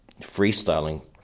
freestyling